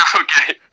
Okay